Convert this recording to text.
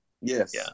Yes